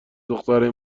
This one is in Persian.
دخترای